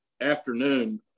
afternoon